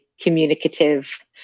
communicative